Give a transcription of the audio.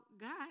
God